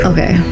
Okay